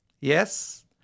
Yes